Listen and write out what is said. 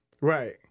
Right